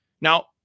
Now